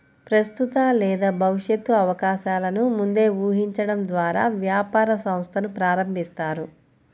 ప్రస్తుత లేదా భవిష్యత్తు అవకాశాలను ముందే ఊహించడం ద్వారా వ్యాపార సంస్థను ప్రారంభిస్తారు